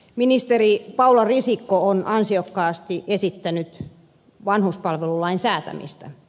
ministeri paula risikko on ansiokkaasti esittänyt vanhuspalvelulain säätämistä